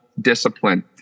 discipline